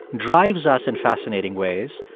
drives us in fascinating ways,